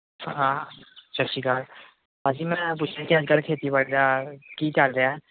ਹਾਂ ਸਤਿ ਸ਼੍ਰੀ ਅਕਾਲ ਭਾਅ ਜੀ ਮੈਂ ਪੁੱਛ ਨਾ ਸੀ ਅੱਜ ਕੱਲ੍ਹ ਖੇਤੀਬਾੜੀ ਦਾ ਕੀ ਚੱਲ ਰਿਹਾ